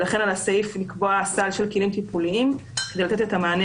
ולכן על הסעיף לקבוע סל של כלים טיפוליים כדי לתת את המענה